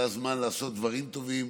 זה הזמן לעשות דברים טובים.